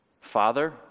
Father